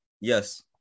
Yes